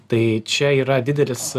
tai čia yra didelis